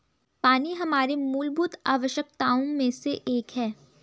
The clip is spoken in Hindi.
पानी हमारे मूलभूत आवश्यकताओं में से एक है